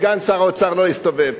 סגן שר האוצר לא הסתובב,